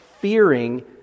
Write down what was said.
fearing